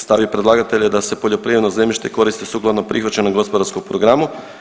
Stav je predlagatelja da se poljoprivredno zemljište koristi sukladno prihvaćenom gospodarskom programu.